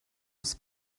aus